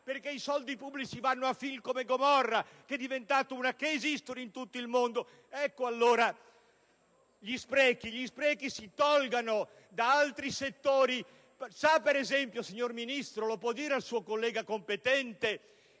perché i soldi pubblici vanno a film come «Gomorra» che è diventato una *case history* in tutto il mondo. Gli sprechi si eliminino in altri settori! Sa, per esempio, signor Ministro - lo può dire al suo collega competente